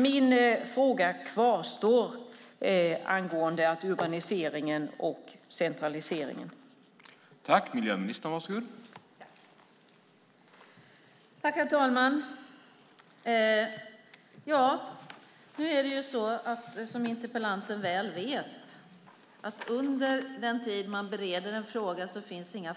Min fråga angående urbaniseringen och centraliseringen